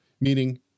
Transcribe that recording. meaning